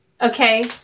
okay